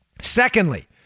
Secondly